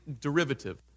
derivative